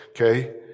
Okay